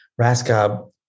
Raskob